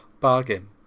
Bargain